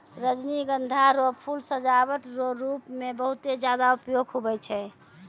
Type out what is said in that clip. रजनीगंधा रो फूल सजावट रो रूप मे बहुते ज्यादा उपयोग हुवै छै